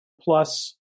plus